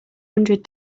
hundred